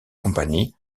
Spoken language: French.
compagnie